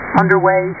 underway